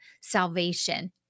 salvation